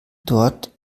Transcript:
dort